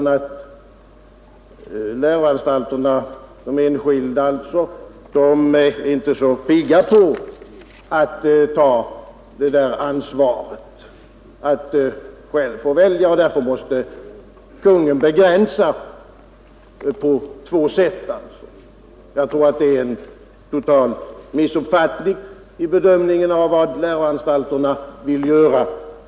Nu säger herr Gustafsson att de enskilda läroanstalterna inte är särskilt pigga på att ta ansvaret att själva få välja, och därför måste Kungl. Maj:t begränsa möjligheterna på två sätt. Jag tror det är en total missuppfattning i bedömningen av vad läroanstalterna vill göra.